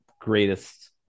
greatest